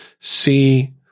see